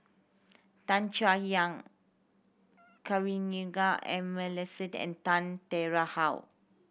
Tan Chay Yan Kavignareru Amallathasan and Tan Tarn How